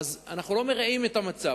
הוא כזה שאנחנו לא מרעים את המצב.